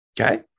okay